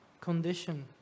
condition